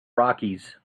rockies